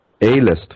A-list